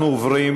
אנחנו עוברים